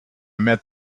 met